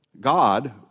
God